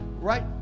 Right